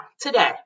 today